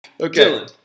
Okay